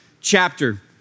chapter